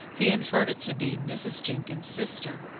he inferred it to be mrs. jenkins's sister.